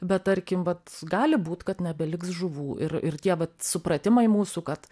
bet tarkim vat gali būt kad nebeliks žuvų ir ir tie vat supratimai mūsų kad